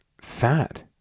Fat